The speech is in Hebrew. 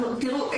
תראו,